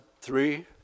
three